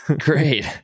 Great